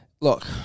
look